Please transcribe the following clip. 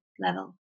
Level